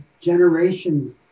generation